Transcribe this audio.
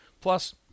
Plus